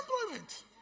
employment